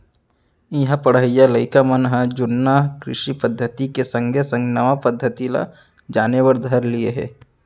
इहां पढ़इया लइका मन ह जुन्ना कृषि पद्धति के संगे संग नवा पद्धति ल जाने बर धर लिये हें